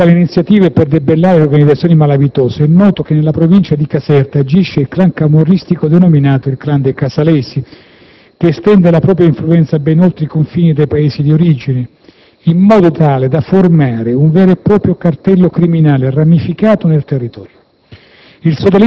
Circa le iniziative per debellare le organizzazioni malavitose, è noto che nella provincia di Caserta agisce il *clan* camorristico denominato dei Casalesi, che estende la propria influenza ben oltre i confini dei paesi d'origine, in modo da formare un vero e proprio «cartello criminale» ramificato nel territorio.